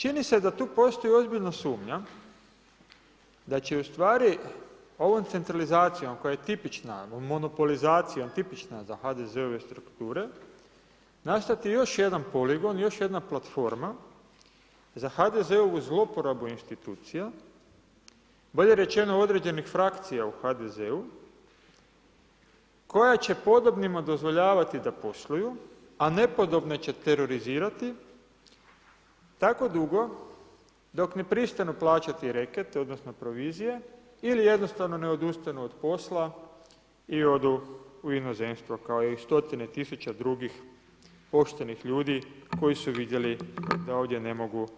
Čini se da tu postoji ozbiljna sumnja da će ustvari ovom centralizacijom koja je tipična monopolizacija, tipična za HDZ-ove strukture nastati još jedan poligon, još jedna platforma za HDZ-ovu zloporabu institucija, bolje rečeno određenih frakcija u HDZ-u koja će podobnima dozvoljavati da posluju a nepodobne će terorizirati tako dugo dok ne pristanu plaćati reket, odnosno provizije, ili jednostavno ne odustanu od posla i odu u inozemstvo kao i stotine tisuća drugih poštenih ljudi koji su vidjeli da ovdje ne mogu